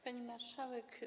Pani Marszałek!